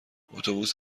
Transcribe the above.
اتوبوس